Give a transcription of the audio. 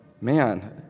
man